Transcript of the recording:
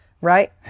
Right